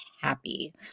happy